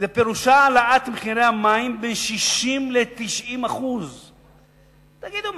פירושו העלאת מחירי המים ב-60% 90%. תגידו,